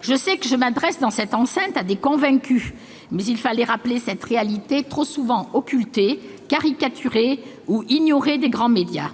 Je sais que je m'adresse, dans cette enceinte, à des convaincus, mais il fallait rappeler cette réalité, trop souvent occultée, caricaturée ou ignorée des grands médias.